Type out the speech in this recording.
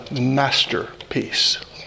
masterpiece